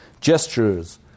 gestures